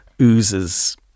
oozes